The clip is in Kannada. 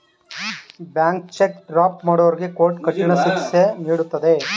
ಬ್ಯಾಂಕ್ ಚೆಕ್ ಫ್ರಾಡ್ ಮಾಡುವವರಿಗೆ ಕೋರ್ಟ್ ಕಠಿಣ ಶಿಕ್ಷೆ ನೀಡುತ್ತದೆ